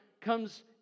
comes